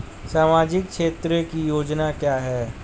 सामाजिक क्षेत्र की योजना क्या है?